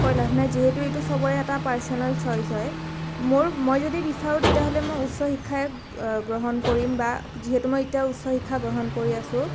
কৈ লাভ নাই যিহেতু এইটো সবৰে এটা পাৰ্ছনেল চইজ হয় মোৰ মই যদি বিচাৰোঁ তেতিয়াহ'লে মই উচ্চ শিক্ষাই গ্ৰহণ কৰিম বা যিহেতু মই এতিয়া উচ্চ শিক্ষা গ্ৰহণ কৰি আছোঁ